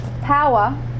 power